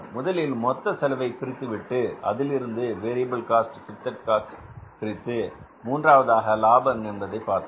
முதலில் மொத்த செலவை பிரித்துவிட்டு அதிலிருந்து வேரியபில் காஸ்ட் பிக்ஸர்ட் பிரித்து மூன்றாவதாக லாபம் என்பதை பார்த்தோம்